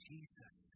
Jesus